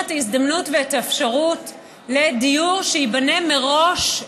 את ההזדמנות ואת האפשרות לדיור שייבנה מראש,